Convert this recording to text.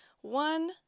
One